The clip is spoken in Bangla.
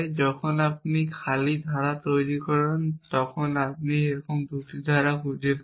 যখন আপনি খালি ধারা তৈরি করেন যখন আপনি এইরকম 2টি ধারা খুঁজে পান